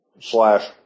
slash